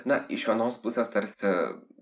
na iš vienos pusės tarsi